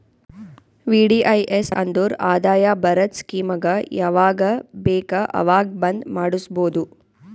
VDIS ಅಂದುರ್ ಆದಾಯ ಬರದ್ ಸ್ಕೀಮಗ ಯಾವಾಗ ಬೇಕ ಅವಾಗ್ ಬಂದ್ ಮಾಡುಸ್ಬೋದು